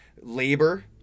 labor